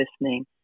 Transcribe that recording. listening